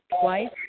twice